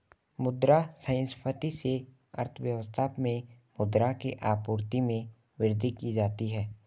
मुद्रा संस्फिति से अर्थव्यवस्था में मुद्रा की आपूर्ति में वृद्धि की जाती है